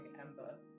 ember